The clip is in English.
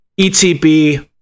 ETB